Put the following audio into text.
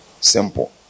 Simple